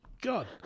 God